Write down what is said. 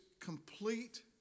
complete